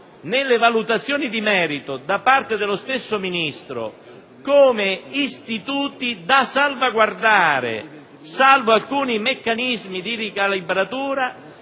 nelle valutazioni di merito da parte dello stesso Ministro come istituti da salvaguardare, salvo alcuni meccanismi di ricalibratura,